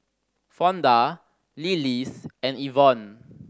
Fonda Lillis and Evonne